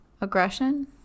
Aggression